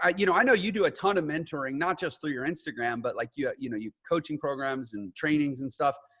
ah you know, i know you do a ton of mentoring, not just through your instagram, but like, yeah you know, your coaching programs and trainings and stuff.